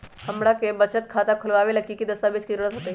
हमरा के बचत खाता खोलबाबे ला की की दस्तावेज के जरूरत होतई?